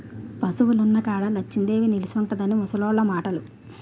పశువులున్న కాడ లచ్చిందేవి నిలుసుంటుందని ముసలోళ్లు మాటలు